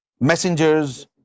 Messengers